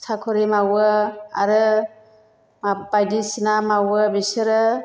साख्रि मावो आरो माबा बायदिसिना मावो बिसोरो